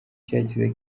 cyagize